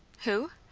who?